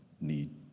need